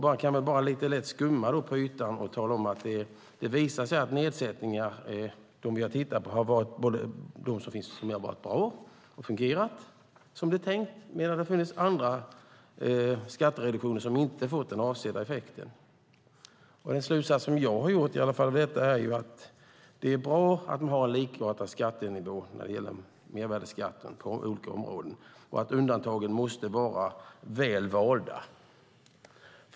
Jag kan skumma lite lätt på ytan och tala om att när vi tittat på nedsättningarna har det visat sig att det funnits sådana som varit bra och fungerat som det var tänkt, men det har också funnits skattereduktioner som inte fått den avsedda effekten. Den slutsats jag drar av detta är att det är bra att ha en likartad skattenivå när det gäller mervärdesskatten på olika områden och att undantagen måste vara väl valda.